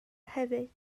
hefyd